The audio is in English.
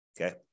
Okay